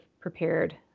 prepared